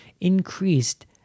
increased